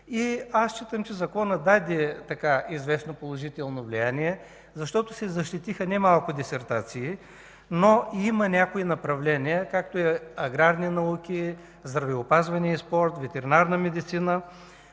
Считам, че Законът даде известно положително влияние, защото се защитиха немалко дисертации, но има някои направления, както е в „аграрни науки”, „здравеопазване и спорт”, „ветеринарна медицина“,